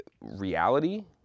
reality